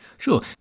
Sure